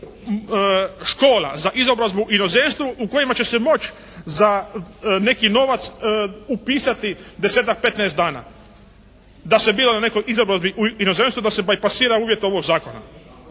škola za izobrazbu u inozemstvu u kojima će se moći za neki novac upisati desetak, petnaest dana da se je bilo na nekoj izobrazbi u inozemstvu, da se "bajpasira" uvjet ovog zakona.